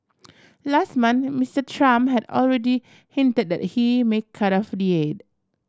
last month Mister Trump had already hinted that he may cut off the aid